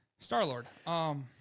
Star-Lord